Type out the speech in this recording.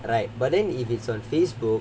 right but then if it's on Facebook